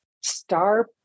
star